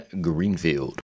greenfield